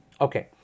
okay